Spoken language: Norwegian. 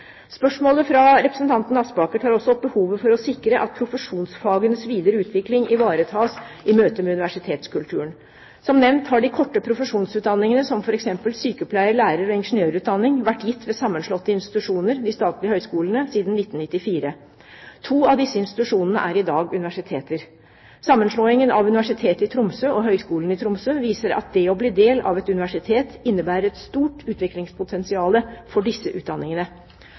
Spørsmålet fra representanten Aspaker tar også opp behovet for å sikre at «profesjonsfagenes videreutvikling ivaretas i møte med universitetskulturen». Som nevnt har de korte profesjonsutdanningene, som f.eks. sykepleier-, lærer- og ingeniørutdanning, vært gitt ved sammenslåtte institusjoner – de statlige høyskolene – siden 1994. To av disse institusjonene er i dag universiteter. Sammenslåingen av Universitetet i Tromsø og Høgskolen i Tromsø viser at det å bli del av et universitet innebærer et stort utviklingspotensial for disse utdanningene.